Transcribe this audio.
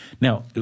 Now